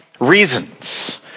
reasons